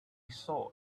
saw